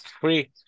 free